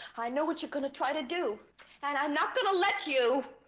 i know what you're gonna try to do and i'm not gonna let you